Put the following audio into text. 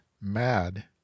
mad